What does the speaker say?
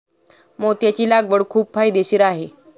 मोत्याची लागवड खूप फायदेशीर आहे